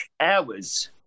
hours